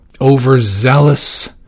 overzealous